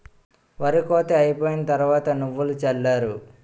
ఒరి కోత అయిపోయిన తరవాత నువ్వులు జల్లారు